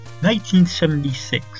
1976